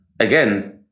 Again